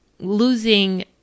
losing